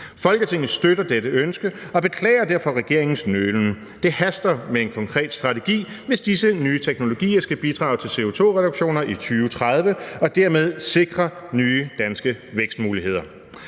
Folketinget støtter dette ønske og beklager derfor regeringens nølen. Det haster med en konkret strategi, hvis disse nye teknologier skal bidrage til CO2-reduktioner i 2030 og dermed sikre nye danske vækstmuligheder.